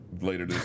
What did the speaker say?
later